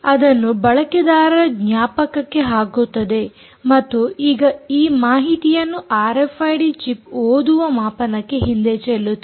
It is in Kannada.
ಅದನ್ನು ಬಳಕೆದಾರರ ಜ್ಞಾಪಕಕ್ಕೆ ಹಾಕುತ್ತದೆ ಮತ್ತು ಈಗ ಈ ಮಾಹಿತಿಯನ್ನು ಆರ್ಎಫ್ಐಡಿ ಚಿಪ್ ಓದುವ ಮಾಪನಕ್ಕೆ ಹಿಂದೆ ಚೆಲ್ಲುತ್ತದೆ